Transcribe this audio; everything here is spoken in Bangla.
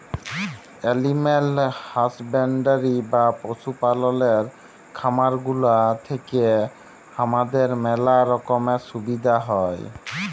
এলিম্যাল হাসব্যান্ডরি বা পশু পাললের খামার গুলা থেক্যে হামাদের ম্যালা রকমের সুবিধা হ্যয়